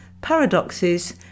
paradoxes